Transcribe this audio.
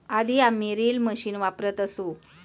आधी आम्ही reel machine वापरत असू